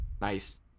nice